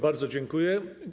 Bardzo dziękuję.